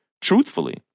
truthfully